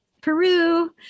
Peru